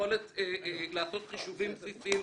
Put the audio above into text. יכולת לעשות חישובים בסיסיים,